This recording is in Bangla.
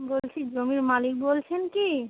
বলছি জমির মালিক বলছেন কি